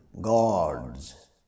gods